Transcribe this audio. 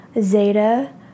Zeta